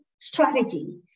strategy